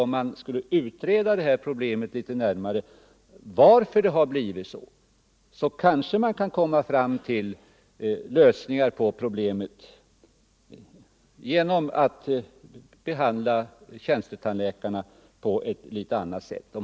Om man ville utreda problemet litet närmare för att se varför det har blivit så, kanske man kunde komma fram till lösningar på problemet genom att behandla tjänstetandläkarna på ett annat sätt.